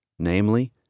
namely